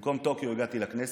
אבל במקום טוקיו הגעתי לכנסת.